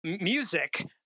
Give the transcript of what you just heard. music